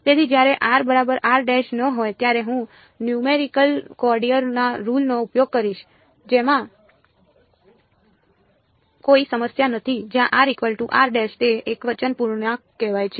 તેથી જ્યારે r બરાબર ન હોય ત્યારે હું નયુમેરિકલ ક્વોડરેચર ના રુલ નો ઉપયોગ કરીશ જેમાં કોઈ સમસ્યા નથી જ્યાં તે એકવચન પૂર્ણાંક કહેવાય છે